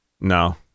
No